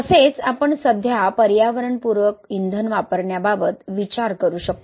तसेच आपण सध्या पर्यावरणपूरक इंधन वापरण्याबाबत विचार करू शकतो